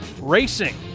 racing